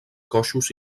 coixos